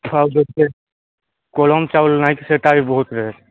ଆଉ ଗୋଟେ କଳମ ଚାଉଳ ନାଇଁ କି ସେଟା ବି ବହୁତ ରେଟ୍